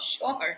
sure